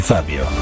Fabio